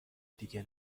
دیگه